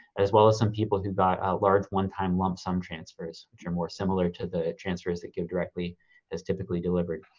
as well as some people who got a large one time lump sum transfers, which are more similar to the transfers that givedirectly has typically delivered.